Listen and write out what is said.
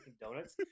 donuts